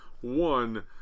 one